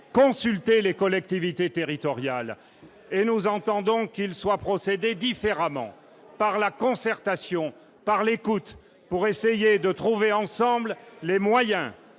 consulté les collectivités territoriales et nous entendons qu'il soit procédé différemment par la concertation par les côtes pour essayer de trouver ensemble les moyens